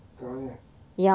kat mana